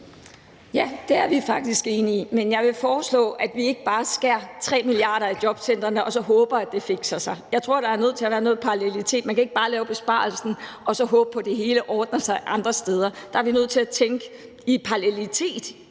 Ja, det er vi faktisk enige i, men jeg vil foreslå, at vi ikke bare skærer 3 mia. kr. på jobcentrene og så håber, at det ordner sig. Jeg tror, der er nødt til at være noget parallelitet. Man kan ikke bare lave besparelsen og så håbe på, at det hele ordner sig andre steder. Der er vi nødt til at tænke i parallelitet